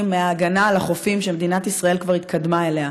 מההגנה על החופים שמדינת ישראל כבר התקדמה אליה,